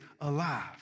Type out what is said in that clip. alive